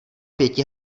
pěti